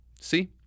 See